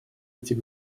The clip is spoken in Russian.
этих